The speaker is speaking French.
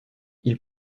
ils